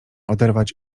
oderwać